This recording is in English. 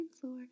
floor